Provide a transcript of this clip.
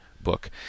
book